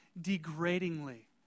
degradingly